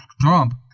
Trump